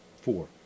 Four